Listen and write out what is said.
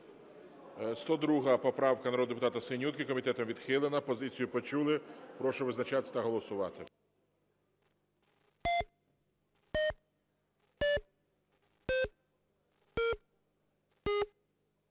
102 поправка народного депутата Синютки комітетом відхилена. Позицію почули. Прошу визначатись та голосувати.